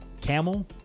camel